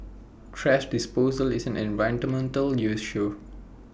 thrash disposal is an issue